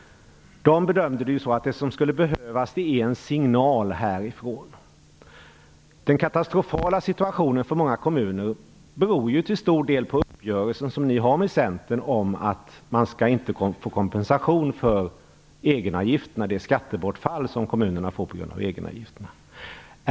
De bedömde det så att det som skulle behövas är en signal härifrån. Den katastrofala situationen för många kommuner beror ju till stor del på den uppgörelse som ni har med Centern om att kommunerna inte skall få kompensation för skattebortfall på grund av egenavgifterna.